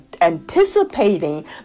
anticipating